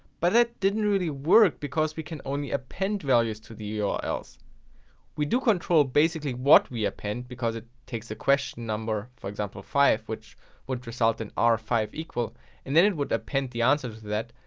but that didn't really work because we can only append values to the ah urls. we do control basically what we append, because it takes the question number, for example five, which would result in r five, like and then it would append the answer to that,